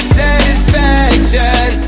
satisfaction